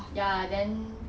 ya then